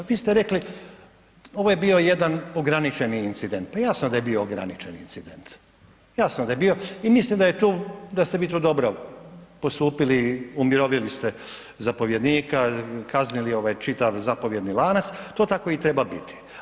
Vi ste rekli ovo je bio jedan ograničeni incident, pa jasno da je bio ograničeni incident, jasno da je bio i mislim da ste vi tu dobro postupili, umirovili ste zapovjednika, kaznili čitav zapovjedni lanac, to tako i treba biti.